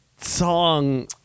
song